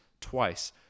twice